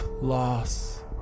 loss